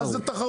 מה זה תחרות?